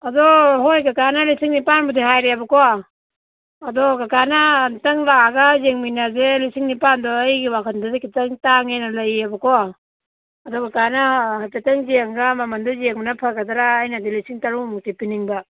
ꯑꯗꯣ ꯍꯣꯏ ꯀꯀꯥꯅ ꯂꯤꯁꯤꯡ ꯅꯤꯄꯥꯟꯕꯨꯗꯤ ꯍꯥꯏꯔꯦꯕꯀꯣ ꯑꯗꯣ ꯀꯀꯥꯅ ꯑꯃꯨꯛꯇꯪ ꯂꯥꯛꯑꯒ ꯌꯦꯡꯃꯤꯟꯅꯁꯦ ꯂꯤꯁꯤꯡ ꯅꯤꯄꯥꯟꯗꯣ ꯑꯩꯒꯤ ꯋꯥꯈꯟꯗꯗꯤ ꯈꯖꯤꯛꯇꯪ ꯇꯥꯡꯉꯦꯅ ꯂꯩꯌꯦꯕꯀꯣ ꯑꯗꯨ ꯀꯀꯥꯅ ꯍꯥꯏꯐꯦꯠꯇꯪ ꯌꯦꯡꯉꯒ ꯃꯃꯜꯗꯣ ꯌꯦꯡꯕꯅ ꯐꯒꯗ꯭ꯔꯥ ꯑꯩꯅꯗꯤ ꯂꯤꯁꯤꯡ ꯇꯔꯨꯛꯃꯨꯛꯇꯤ ꯄꯤꯅꯤꯡꯕ